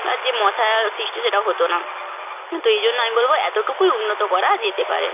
আর যে মশা সৃষ্টি সেটাও হতো না তো এই জন্য আমি বলব এতটুকুই উন্নত করা যেতে পারে